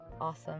awesome